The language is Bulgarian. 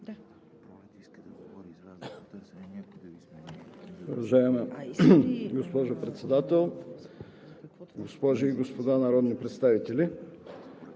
Да.